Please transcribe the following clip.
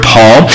Paul